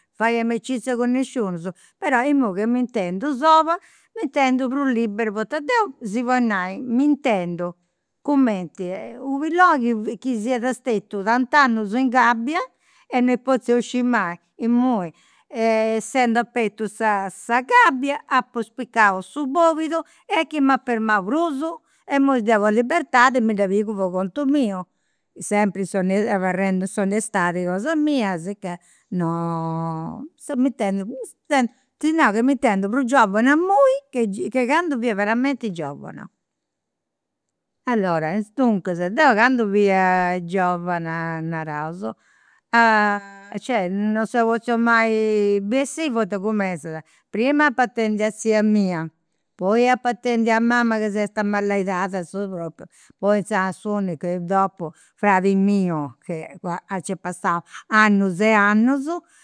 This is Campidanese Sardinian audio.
Fai amicizias cun nisciunus, però imui chi m'intendu sola mi intendu prus libera, poita deu, si podit nai, m'intendu cumenti u' pilloni chi siat stetiu tant'annus in gabbia e non est potziu bessiri mai, imui essendu abertu sa gabbia, apu spiccau su bolidu e chi m'at firmau prus? E imui deu sa libertadi mi dda pigu po contu miu, sempri abarrendi in s'onestadi cosa mia, sicchè no, seu m'intendu, ti nau ca mi intendu prus giovana imui chi candu fia veramenti giovana. Allora, duncas, deu candu fia giovana, naraus, cioè non seu potzia mai bessì poita cumentzat prima apu a tzia mia, poi apu atendiu a mama ca s'est amalaidada su propriu, poi inzaras s'unicu e dopu fradi miu e nc'at passau annus e annus